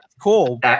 Cool